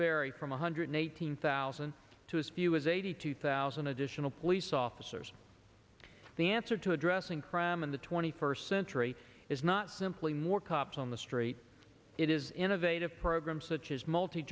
vary from one hundred eighteen thousand to as few as eighty two thousand additional police officers the answer to addressing crime in the twenty first century is not simply more cops on the street it is innovative programs such as multi